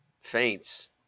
faints